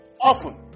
often